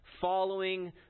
following